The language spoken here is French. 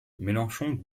mélenchon